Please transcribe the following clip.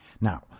Now